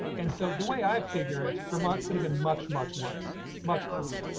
and so the way i figure it for my could have been much, much worse much worse.